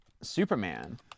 Superman